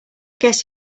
guess